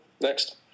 Next